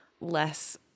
less